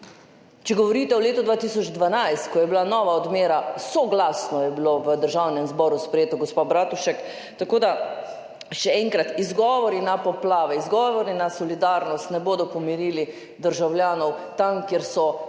Če govorite o letu 2012, ko je bila nova odmera, soglasno je bilo v Državnem zboru sprejeto, gospa Bratušek. Tako da še enkrat, izgovori na poplave, izgovori na solidarnost ne bodo pomirili državljanov tam, kjer so več